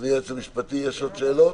אדוני היועץ המשפטי, יש עוד שאלות?